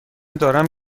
دارم